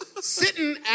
sitting